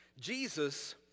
Jesus